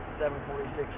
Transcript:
7.46